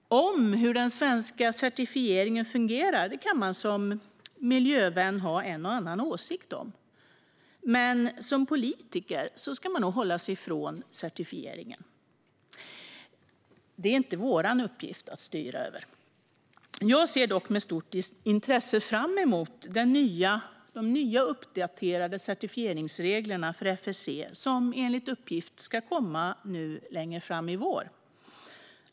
Hur den svenska certifieringen fungerar kan man som miljövän ha en och annan åsikt om. Men som politiker ska man nog hålla sig ifrån certifieringen. Det är inte vår uppgift att styra över den. Jag ser dock med stort intresse fram emot de nya, uppdaterade certifieringsreglerna för FSC, som enligt uppgift ska komma nu längre fram i vår.